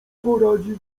poradzić